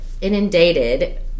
inundated